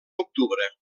octubre